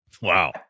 wow